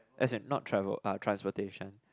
as an not travel ah transportation